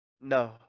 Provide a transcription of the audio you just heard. No